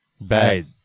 Bad